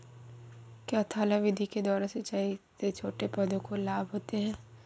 क्या थाला विधि के द्वारा सिंचाई से छोटे पौधों को लाभ होता है?